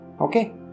okay